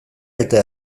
eta